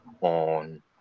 on